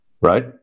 Right